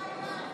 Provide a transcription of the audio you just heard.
ההסתייגות